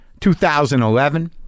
2011